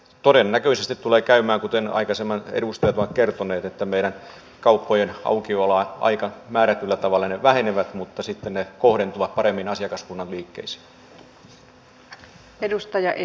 todennäköisesti tulee käymään kuten aikaisemmin edustajat ovat kertoneet että meidän kauppojemme aukioloajat määrätyllä tavalla vähenevät mutta sitten ne kohdentuvat paremmin asiakaskunnan liikkeisiin